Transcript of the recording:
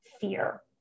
fear